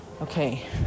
Okay